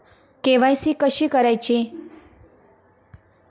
KYC कशी करायची?